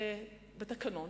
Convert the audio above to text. בתקנון